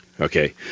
okay